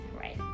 right